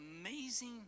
amazing